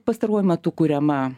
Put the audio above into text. pastaruoju metu kuriama